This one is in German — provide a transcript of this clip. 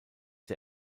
der